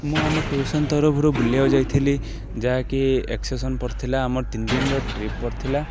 ମୁଁ ଆମ ଟ୍ୟୁସନ୍ ତରଫରୁ ବୁଲିବାକୁ ଯାଇଥିଲି ଯାହାକି ଏସ୍କର୍ସନ୍ ପରେ ଥିଲା ଆମର ତିନି ଦିନର ଟ୍ରିପ୍ ପଡ଼ିଥିଲା